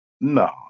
No